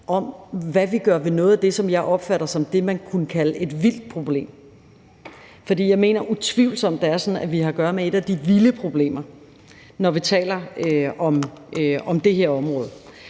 om, hvad vi gør ved noget af det, som jeg opfatter som det, man kunne kalde et vildt problem. For jeg mener, vi utvivlsomt har at gøre med et af de vilde problemer, når vi taler om det her område.